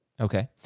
Okay